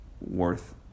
worth